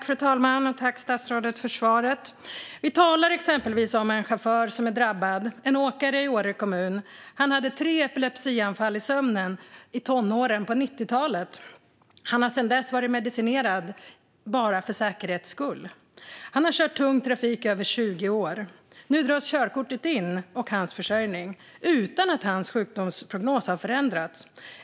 Fru talman! Tack, statsrådet, för svaret! Vi talar om chaufförer som drabbas, exempelvis en åkare i Åre kommun. Han hade tre epilepsianfall i sömnen i tonåren på 90-talet. Sedan dess har han varit medicinerad för säkerhets skull. Han har kört tung trafik i över 20 år. Nu dras körkortet och därmed hans försörjning in utan att hans sjukdomsprognos har förändrats.